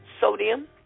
sodium